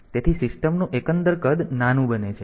તેથી સિસ્ટમનું એકંદર કદ નાનું બને છે